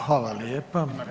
Hvala lijepa.